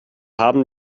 haben